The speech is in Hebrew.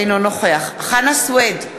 אינו נוכח חנא סוייד,